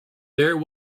there